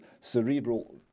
cerebral